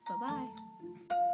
Bye-bye